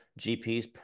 GPs